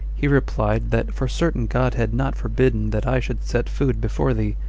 he replied, that for certain god had not forbidden that i should set food before thee,